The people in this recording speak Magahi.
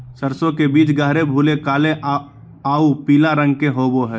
सरसों के बीज गहरे भूरे काले आऊ पीला रंग के होबो हइ